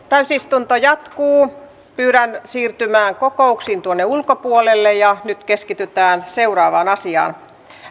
täysistunto jatkuu pyydän siirtymään kokouksiin tuonne ulkopuolelle ja nyt keskitytään seuraavaan asiaan